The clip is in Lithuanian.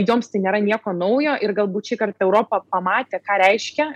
joms tai nėra nieko naujo ir galbūt šįkart europa pamatė ką reiškia